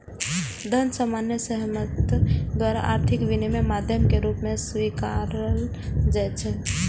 धन सामान्य सहमति द्वारा आर्थिक विनिमयक माध्यम के रूप मे स्वीकारल जाइ छै